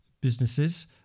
businesses